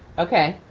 okay,